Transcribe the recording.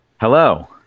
Hello